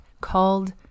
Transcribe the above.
called